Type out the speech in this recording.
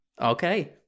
Okay